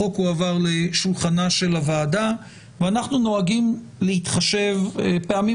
החוק הועבר לשולחנה של הוועדה ואנחנו נוהגים להתחשב פעמים